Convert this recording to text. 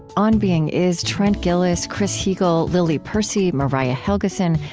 on being is trent gilliss, chris heagle, lily percy, mariah helgeson,